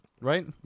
Right